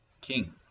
king